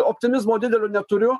optimizmo didelio neturiu